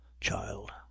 child